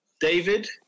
David